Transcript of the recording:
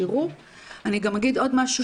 אני גם אומר משהו,